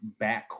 backcourt